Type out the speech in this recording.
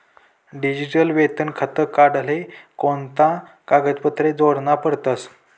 Digital वेतन खातं काढाले कोणता कागदपत्रे जोडना पडतसं?